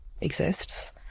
exists